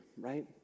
right